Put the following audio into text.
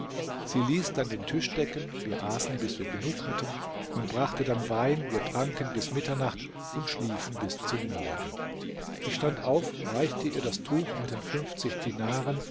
sie ließ dann den tisch decken wir aßen bis wir genug hatten man brachte dann wein wir tranken bis mitternacht und schliefen bis zum morgen ich stand auf reichte ihr das tuch mit den dinaren